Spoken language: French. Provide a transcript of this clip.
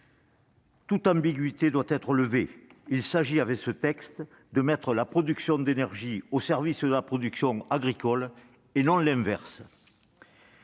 Toute ambiguïté doit être levée : il s'agit, avec ce texte, de mettre la production d'énergie au service de la production agricole, et non de faire